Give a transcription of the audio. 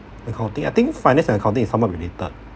accounting I think finance and accounting is somewhat related